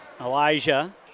Elijah